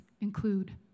include